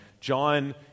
John